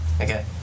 okay